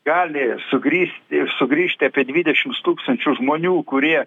gali sugrįs ir sugrįžti apie dvidešims tūkstančių žmonių kurie